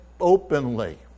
openly